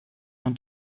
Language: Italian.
non